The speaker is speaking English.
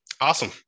Awesome